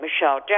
Michelle